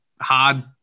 hard